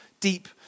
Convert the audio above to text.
deep